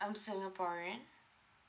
I'm singaporean